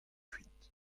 kuit